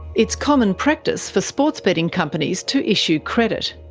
it is common practice for sports betting companies to issue credit.